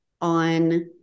on